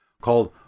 called